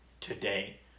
today